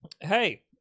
Hey